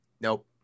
Nope